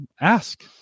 ask